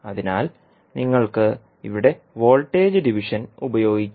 അതിനാൽ നിങ്ങൾക്ക് ഇവിടെ വോൾട്ടേജ് ഡിവിഷൻ ഉപയോഗിക്കാം